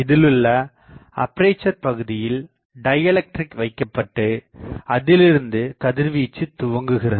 இதிலுள்ள அப்பேசர் பகுதியில் டைஎலக்ட்ரிக் வைக்கப்பட்டு அதிலிருந்து கதிர்வீச்சுத் துவங்குகிறது